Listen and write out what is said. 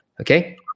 okay